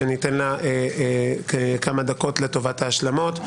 שאני אתן לה כמה דקות לטובת ההשלמות.